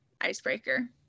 Icebreaker